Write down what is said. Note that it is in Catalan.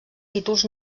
títols